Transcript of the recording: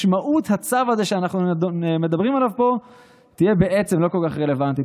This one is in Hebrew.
משמעות הצו הזה שאנחנו מדברים עליו פה תהיה בעצם לא כל כך רלוונטית.